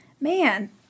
Man